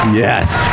yes